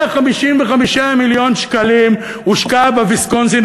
155 מיליון שקלים הושקעו בוויסקונסין,